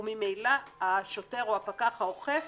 וממילא השוטר או הפקח האוכף